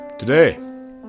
Today